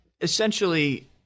essentially